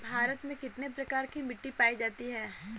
भारत में कितने प्रकार की मिट्टी पायी जाती है?